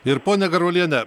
ir ponia garuoliene